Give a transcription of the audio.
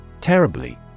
Terribly